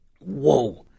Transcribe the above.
Whoa